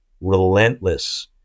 relentless